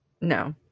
No